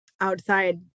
outside